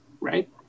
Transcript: right